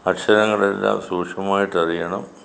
അക്ഷരങ്ങളെഴുതാൻ സൂക്ഷ്മമായിട്ട് അറിയണം